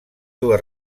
dues